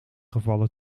gevallen